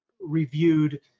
reviewed